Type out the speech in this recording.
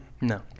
No